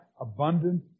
abundant